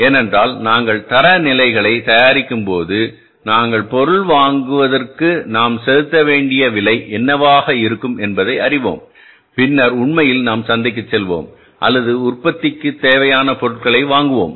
ஏனென்றால் நாங்கள் தரநிலைகளைத் தயாரிக்கும்போதுநாங்கள் பொருளை வாங்குவதற்கு நாம் செலுத்த வேண்டிய விலை என்னவாக இருக்கும் என்பதைஅறிவோம் பின்னர் உண்மையில் நாம் சந்தைக்குச் செல்வோம் அல்லது உற்பத்தித் தேவைக்கான பொருளை வாங்குவோம்